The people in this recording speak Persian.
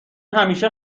همیشه